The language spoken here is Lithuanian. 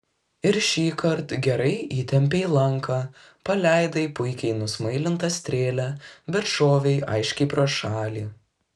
ir šįkart gerai įtempei lanką paleidai puikiai nusmailintą strėlę bet šovei aiškiai pro šalį